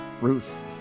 Ruth